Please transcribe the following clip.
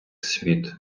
світ